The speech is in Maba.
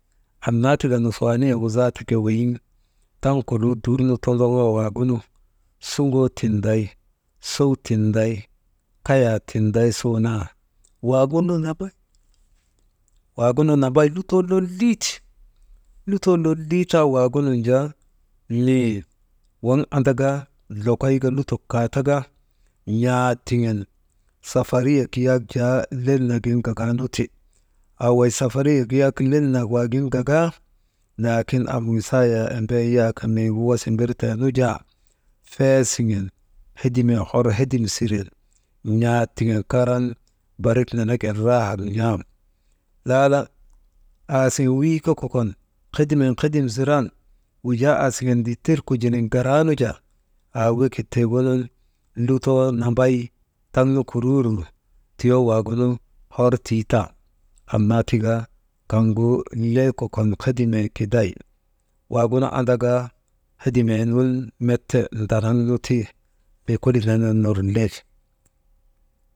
Aanna tika nusiyaaniyegu zaata ke weyiŋ taŋ koluu dur nu tondoŋoo waagunu, sugoo tinday, sow tinday, kayaa tinday, suu naa«hesitation» waagunu nambay lutoo lolii ti, lutoo lolii taa waagunun jaa mii waŋ andaka lokoyka lutok kaataka, n̰aat tiŋen safariyek yak lel nagin gagan ti. Haa wey safariyek yak lel nak waagin gagaa, laakin am wisayee embee yak miigu wasa mbir tee nu jaa fee siŋen hedimee hedimee hor hedim siren, n̰aat tiŋen karan barik nenegin rahak n̰am laala aasiŋen wii ke kokon hedimen hedim ziran wujaa aasiŋen dittir kujinin garaanu jaa haa wekit tiigunun lutoo nambay taŋnu kuruuruu, tiyoo waagunu hor tii tan, annaa tika kaŋgu lee kokon hedimee kiday waagunu andaka hedimee nun met mdanaŋ nu ti, mii kolii nenen ner lel.